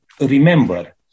remember